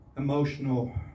emotional